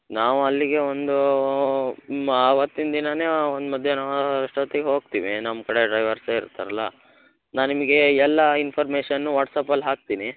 ನಾವು ಅಲ್ಲಿಗೆ ಒಂದು ಆವತ್ತಿನ ದಿನಾನೆ ಆ ಒಂದು ಮಧ್ಯಾಹ್ನ ಅಷ್ಟೊತಿಗೆ ಹೋಗ್ತೀವಿ ನಮ್ಮ ಕಡೆ ಡ್ರೈವರ್ಸೆ ಇರ್ತಾರಲ್ಲ ನಾ ನಿಮಗೆ ಎಲ್ಲ ಇನ್ಫಾರ್ಮೇಷನ್ನು ವಾಟ್ಸ್ಅಪಲ್ಲಿ ಹಾಕ್ತೀನಿ